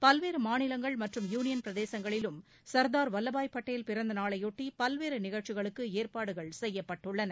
பல்வேறு மாநிலங்கள் மற்றும் யூனியன் பிரதேசங்களிலும் சர்தார் வல்வாய் பட்டேல் பிறந்த நாளையொட்டி பல்வேறு நிகழ்ச்சிகளுக்கு ஏற்பாடுகள் செய்யப்பட்டுள்ளன